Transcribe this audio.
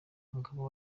umugabo